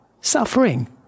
suffering